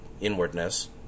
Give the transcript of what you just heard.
inwardness